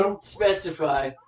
Specify